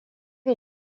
est